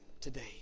today